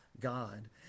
god